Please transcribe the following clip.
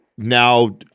Now